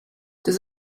does